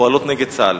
נשים הפועלות נגד צה"ל.